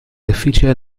difficile